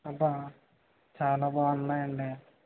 అబ్బా చాలా బాగున్నాయండి